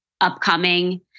upcoming